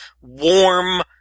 warm